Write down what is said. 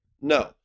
No